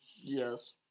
Yes